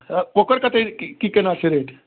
तऽ ओकर कतेक कि कोना छै रेट